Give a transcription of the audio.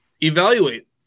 evaluate